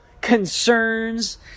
concerns